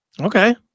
Okay